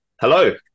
Hello